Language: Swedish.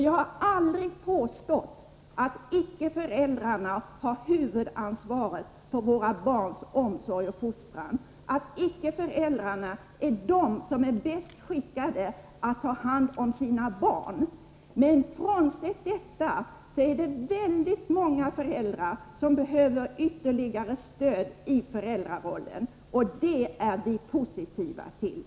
Jag har aldrig påstått att föräldrarna icke har huvudansvaret för våra barns omsorg och fostran och att föräldrarna icke skulle vara bäst skickade att ta hand om sina barn. Men oavsett detta är det väldigt många föräldrar som behöver stöd i föräldrarollen, och det är vi positiva till.